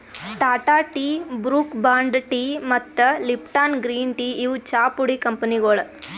Tata tea, Brooke Bond tea ಮತ್ತ್ Lipton green tea ಇವ್ ಚಾಪುಡಿ ಕಂಪನಿಗೊಳ್